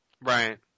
Right